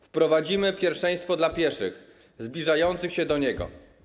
Wprowadzimy pierwszeństwo dla pieszych zbliżających się do niego.